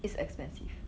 it's expensive